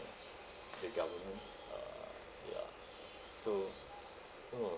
the government uh ya so mm